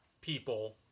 people